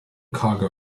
cargo